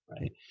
right